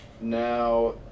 Now